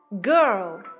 Girl